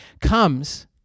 comes